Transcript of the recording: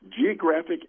geographic